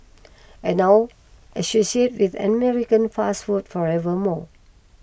and now associated with American fast food forever more